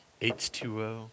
H2O